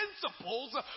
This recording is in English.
principles